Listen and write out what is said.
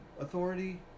Authority